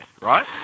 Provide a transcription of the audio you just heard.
right